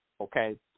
Okay